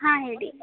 ಹಾಂ ಹೇಳಿ